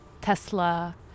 Tesla